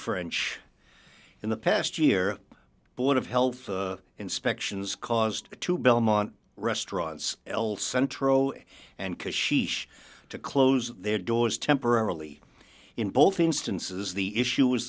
french in the past year board of health inspections caused to belmont restaurants el centro and because sheesh to close their doors temporarily in both instances the issue is